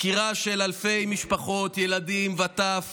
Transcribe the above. עקירה של אלפי משפחות, ילדים וטף